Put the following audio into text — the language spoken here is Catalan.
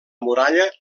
muralla